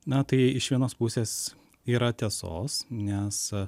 na tai iš vienos pusės yra tiesos nes